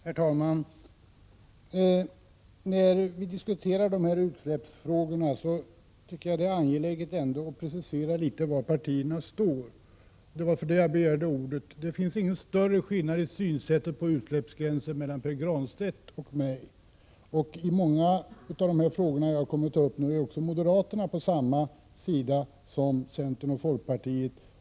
Herr talman! När vi diskuterar utsläppsfrågor är det angeläget att precisera var partierna står, och det var därför jag begärde ordet. Det finns ingen större skillnad i synsätt när det gäller utsläppsgränser mellan Pär Granstedt och mig, och i många av dessa frågor står också moderaterna på samma sida som centern och folkpartiet.